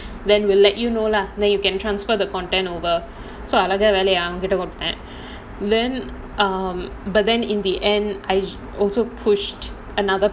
then we'll let you know lah then you can transfer the content over so I வேலைய அவன் கிட்ட கொடுத்தேன்:velaiya avan kita koduththaen then um but then in the end I also push another